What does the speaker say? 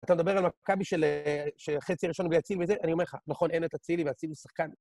אתה מדבר על מכבי של חצי ראשון עם בלי אצילי וזה, אני אומר לך, נכון, אין את ואצילי ואצילי שחקן